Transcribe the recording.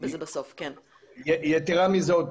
יתרה מזאת,